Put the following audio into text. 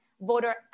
voter